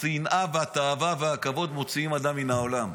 השנאה והתאווה והכבוד מוציאים אדם מן העולם.